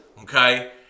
okay